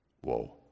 whoa